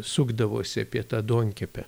sukdavosi apie tą duonkepę